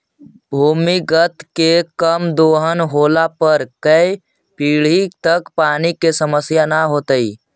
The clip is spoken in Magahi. भूमिगत जल के कम दोहन होला पर कै पीढ़ि तक पानी के समस्या न होतइ